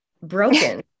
broken